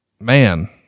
man